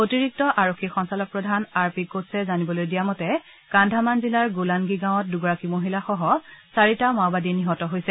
অতিৰিক্ত আৰক্ষী সঞ্চালকপ্ৰধান আৰ পি কোটছে জানিবলৈ দিয়া মতে কান্ধামান জিলাৰ গোলানগী গাঁৱত দুগৰাকী মহিলাসহ চাৰিটা মাওবাদী নিহত হৈছে